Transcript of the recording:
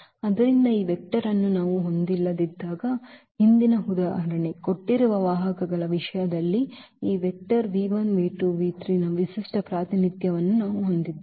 ಆದ್ದರಿಂದ ಈ ವೆಕ್ಟರ್ ಅನ್ನು ನಾವು ಹೊಂದಿಲ್ಲದಿದ್ದಾಗ ಹಿಂದಿನ ಉದಾಹರಣೆ ಕೊಟ್ಟಿರುವ ವಾಹಕಗಳ ವಿಷಯದಲ್ಲಿ ಈ ನ ವಿಶಿಷ್ಟ ಪ್ರಾತಿನಿಧ್ಯವನ್ನು ನಾವು ಹೊಂದಿದ್ದೇವೆ